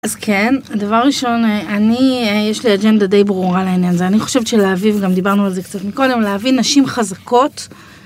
אז כן, הדבר הראשון, אני, יש לי אג'נדה דיי ברורה לעניין זה, אני חושבת שלהביא, גם דיברנו על זה קצת מקודם, להביא נשים חזקות.